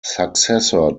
successor